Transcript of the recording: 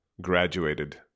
graduated